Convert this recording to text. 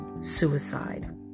suicide